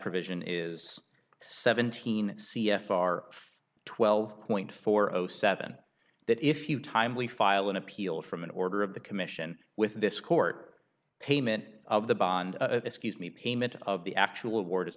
provision is seventeen c f r twelve point four zero seven that if you timely file an appeal from an order of the commission with this court payment of the bond excuse me payment of the actual war